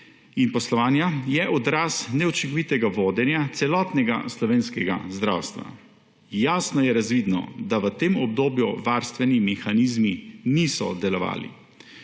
in poslovanja je odraz neučinkovitega vodenja celotnega slovenskega zdravstva. Jasno je razvidno, da v tem obdobju varstveni mehanizmi niso delovali.